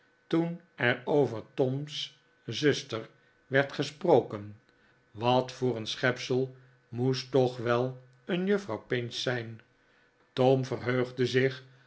toen er over tom's zuster werd gesproken wat voor een schepsel moest toch wel een juffrouw pinch zijn tom verheugde zich